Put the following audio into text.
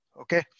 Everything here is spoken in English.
okay